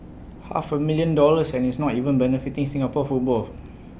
half A million dollars and it's not even benefiting Singapore football